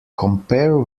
compare